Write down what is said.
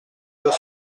deux